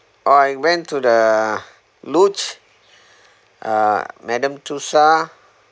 I went to the luge uh madame tussauds